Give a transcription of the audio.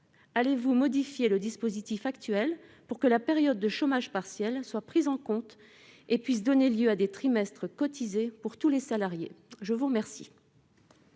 allez-vous modifier le dispositif actuel pour que la période de chômage partiel soit prise en compte et puisse donner lieu à des trimestres cotisés pour tous les salariés ? La parole